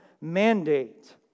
mandate